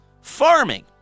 farming